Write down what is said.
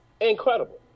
Incredible